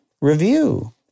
review